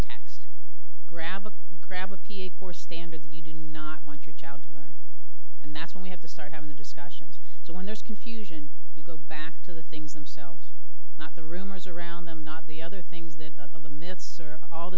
text grab a grab for standard that you do not want your child to learn and that's when we have to start having the discussions so when there's confusion you go back to the things themselves not the rumors around them not the other things that